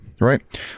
right